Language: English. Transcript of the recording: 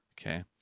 Okay